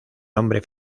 nombre